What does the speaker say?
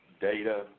data